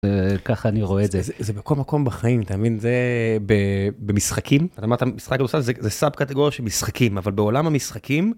ככה אני רואה את זה. זה כמו מקום בחיים אתה מבין? זה במשחקים אמרת משחק זה סאב קטגוריה של משחקים אבל בעולם המשחקים.